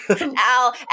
Al